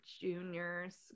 juniors